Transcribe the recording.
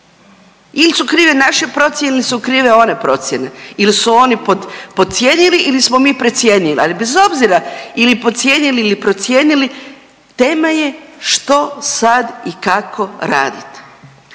Ili su krive naše procjene ili krive one procjene ili su oni podcijenili ili smo precijenili, ali bez obzira, ili podcijenili ili procijenili, tema je što sad i kako raditi.